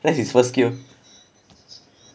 that's his first skill